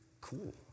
Cool